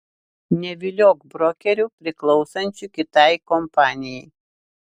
neviliok brokerių priklausančių kitai kompanijai